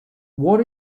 what